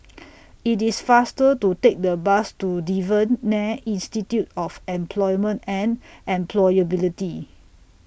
IT IS faster to Take The Bus to Devan Nair Institute of Employment and Employability